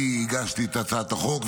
הגשתי את הצעת החוק,